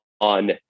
on